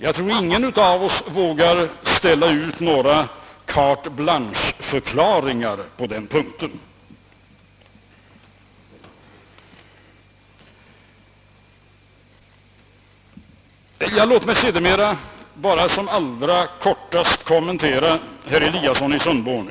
Jag tror ingen av oss vågar ställa ut några carteblanche-förklaringar på den punkten. Låt mig sedan i all korthet ytterligare kommentera herr Eliasson i Sundborn.